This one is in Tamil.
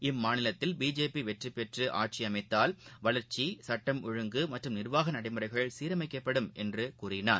இம்மாநிலத்தில் பிஜேபி வெற்றி பெற்று ஆட்சி அமைத்தால் வளர்ச்சி சுட்டம் ஒழுங்கு மற்றும் நிர்வாக நடைமுறைகள் சீரமைக்கப்படும் என்று பிரதமர் கூறினார்